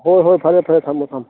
ꯍꯣꯏ ꯍꯣꯏ ꯐꯔꯦ ꯐꯔꯦ ꯊꯝꯃꯣ ꯊꯝꯃꯣ